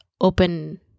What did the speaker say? open